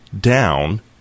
down